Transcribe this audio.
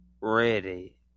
ready